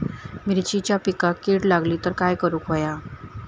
मिरचीच्या पिकांक कीड लागली तर काय करुक होया?